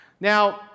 Now